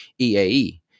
EAE